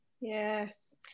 yes